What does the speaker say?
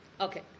Okay